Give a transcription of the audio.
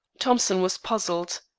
thompson was puzzled.